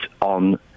on